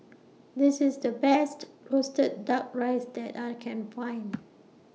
This IS The Best Roasted Duck Rice that I Can Find